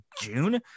June